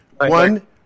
one